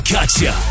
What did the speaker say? Gotcha